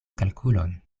kalkulon